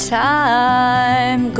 time